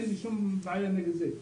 אין בעיה עם זה.